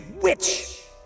witch